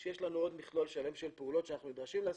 יש לנו עוד מכלול שלם של פעולות שאנחנו נדרשים לעשות.